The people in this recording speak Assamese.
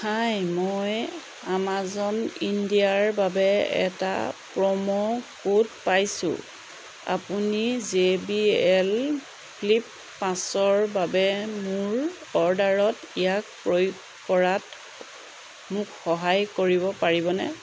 হাই মই আমাজন ইণ্ডিয়াৰ বাবে এটা প্ৰম' কোড পাইছোঁ আপুনি জে বি এল ফ্লিপ পাঁচৰ বাবে মোৰ অৰ্ডাৰত ইয়াক প্ৰয়োগ কৰাত মোক সহায় কৰিব পাৰিবনে